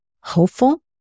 Hopeful